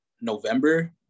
November